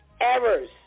errors